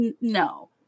no